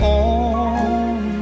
on